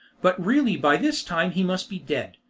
but really by this time he must be dead,